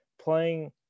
playing